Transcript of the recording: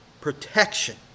protection